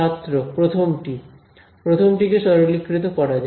ছাত্র প্রথমটি প্রথমটিকে সরলীকৃত করা যায়